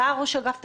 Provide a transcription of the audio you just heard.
בא ראש אגף תקציבים,